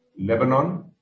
Lebanon